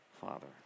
Father